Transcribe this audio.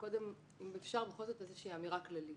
אם אפשר בכל זאת איזושהי אמירה כללית.